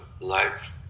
life